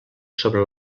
sobre